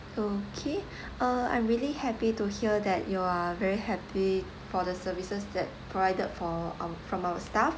okay uh I'm really happy to hear that you are very happy for the services that provided from from our staff